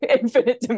infinite